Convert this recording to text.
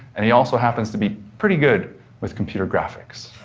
and he also happens to be pretty good with computer graphics.